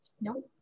No